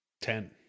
Ten